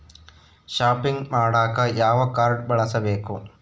Shopping ಮಾಡಾಕ ಯಾವ card ಬಳಸಬೇಕು?